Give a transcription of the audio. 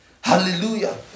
Hallelujah